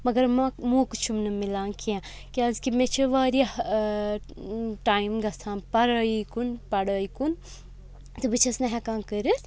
مگر موقعہٕ چھُم نہٕ مِلان کینٛہہ کیٛازِکہِ مےٚ چھِ واریاہ ٹایِم گژھان پَرٲیی کُن پَڑٲے کُن تہٕ بہٕ چھَس نہٕ ہیٚکان کٔرِتھ